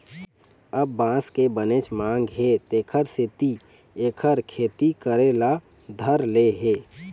अब बांस के बनेच मांग हे तेखर सेती एखर खेती करे ल धर ले हे